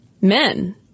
men